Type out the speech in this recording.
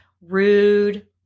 rude